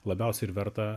labiausiai ir verta